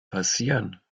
passieren